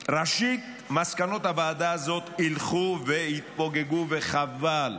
ראשית, מסקנות הוועדה הזאת ילכו ויתפוגגו וחבל.